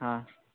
हाँ